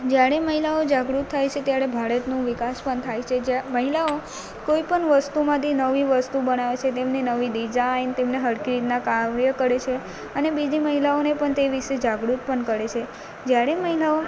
જ્યારે મહિલાઓ જાગૃત થાય છે ત્યારે ભારતનું વિકાસ પણ થાય છે મહિલાઓ કોઇપણ વસ્તુમાંથી નવી વસ્તુ બનાવે છે તેમની નવી ડિઝાઇન તેમને સરખી રીતના કાવ્ય કરે છે અને બીજી મહિલાઓને પણ તે વિષે જાગૃત પણ કરે છે જ્યારે મહિલાઓ